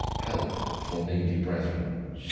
help for needy brethren.